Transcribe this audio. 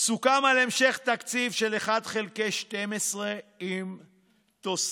סוכם על המשך תקציב של 1 חלקי 12 עם תוספת